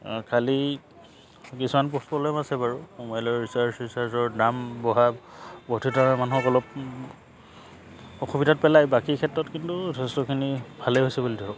খালি কিছুমান প্ৰব্লেম আছে বাৰু মোবাইলৰ ৰিচাৰ্জ চিচাৰ্জৰ দাম বঢ়া মানুহক অলপ অসুবিধাত পেলায় বাকী ক্ষেত্ৰত কিন্তু যথেষ্টখিনি ভালেই হৈছে বুলি ধৰক